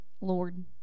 Lord